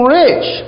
rich